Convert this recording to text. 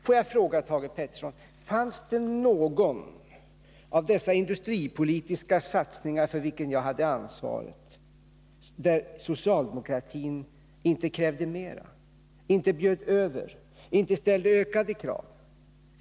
Får jag fråga Thage Peterson: Fanns det någon industripolitisk satsning för vilken jag hade ansvaret där socialdemokratin inte krävde mer, inte bjöd över, inte ställde ökade krav?